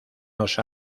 los